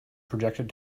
projected